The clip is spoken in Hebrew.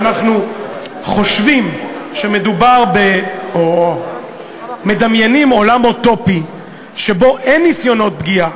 כיוון שאנחנו חושבים או מדמיינים עולם אוטופי שבו אין ניסיונות פגיעה,